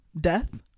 death